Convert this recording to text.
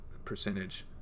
Percentage